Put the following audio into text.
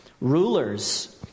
Rulers